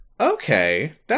Okay